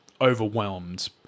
overwhelmed